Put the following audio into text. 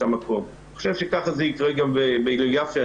אני חושב שככה זה יקרה גם בהלל יפה,